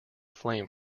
flame